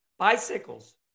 bicycles